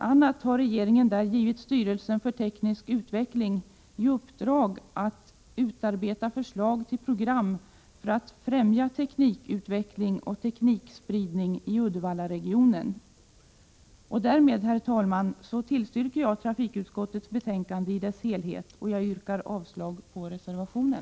a. har regeringen där givit styrelsen för teknisk utveckling i uppdrag att utarbeta förslag till program för att främja teknikutveckling och teknikspridning i Uddevallaregionen. Därmed, herr talman, yrkar jag bifall till trafikutskottets hemställan i dess helhet och avstyrker reservationen.